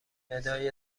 ندای